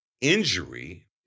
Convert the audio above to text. injury